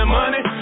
money